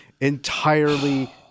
entirely